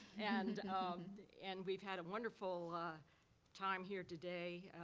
and and we've had a wonderful time here today,